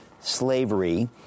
slavery